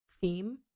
theme